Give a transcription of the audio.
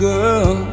girl